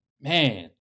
man